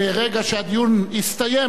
ברגע שהדיון יסתיים,